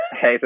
hey